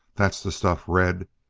that's the stuff, red!